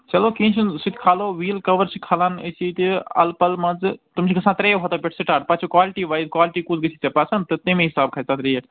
چَلو کیٚنٛہہ چھُنہٕ سُتہِ کھالو ویٖل کَور چھِ کھالان أسۍ ییٚتہِ اَلہٕ پلہٕ مان ژٕ تِم چھِ گَژھان ترٛیو ہَتو پٮ۪ٹھٕ سِٹاٹ پتہٕ چھِ کالٹی ویز کالٹی کُس گَژھِ ژےٚ پسنٛد تہٕ تَمے حِساب کھسہِ تَتھ ریٹ